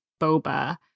boba